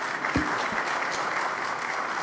(מחיאות כפיים)